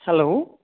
hello